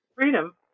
Freedom